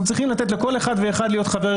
אנחנו צריכים לתת לכל אחד ואחד להיות חבר